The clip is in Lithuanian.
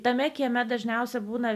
tame kieme dažniausiai būna